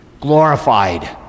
glorified